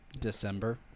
December